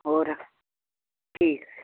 ਹੋਰ ਠੀਕ